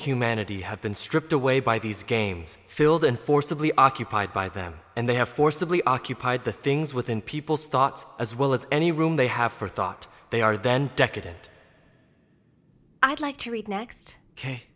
humanity have been stripped away by these games filled and forcibly occupied by them and they have forcibly occupied the things within people's thoughts as well as any room they have for thought they are then decadent i'd like to read next